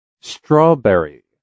Strawberry